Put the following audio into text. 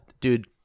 dude